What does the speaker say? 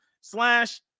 slash